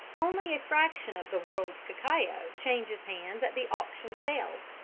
only a fraction of the world's cacao changes hands at the auction sales,